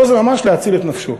פה זה ממש להציל את נפשו.